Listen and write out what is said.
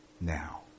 Now